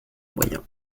moyens